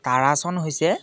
তাৰাসন হৈছে